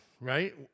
right